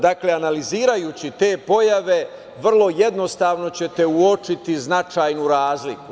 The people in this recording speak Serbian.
Dakle, analizirajući te pojave vrlo jednostavno ćete uočiti značajnu razliku.